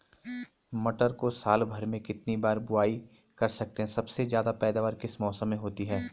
मटर को साल भर में कितनी बार बुआई कर सकते हैं सबसे ज़्यादा पैदावार किस मौसम में होती है?